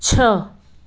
छः